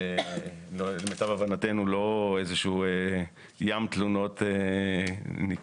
זה למיטב הבנתנו לא איזה שהוא ים תלונות ניכר.